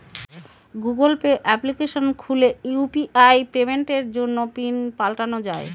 Google Pay application খুলে UPI পেমেন্টের জন্য পিন পাল্টানো যাই